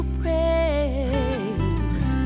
praise